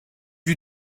you